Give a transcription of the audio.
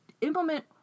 implement